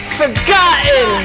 forgotten